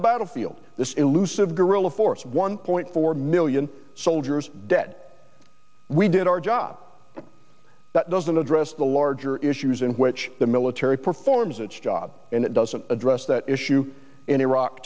the battlefield this elusive guerrilla force one point four million soldiers dead we did our job that doesn't address the larger issues in which the military performs its job and it doesn't address that issue in iraq